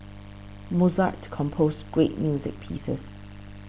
Mozart composed great music pieces